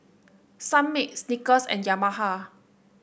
Sunmaid Snickers and Yamaha